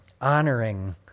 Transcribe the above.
honoring